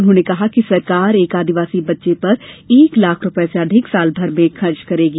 उन्होंने कहा कि सरकार एक आदिवासी बच्चे पर एक लाख रूपये से अधिक साल भर में खर्च करेगी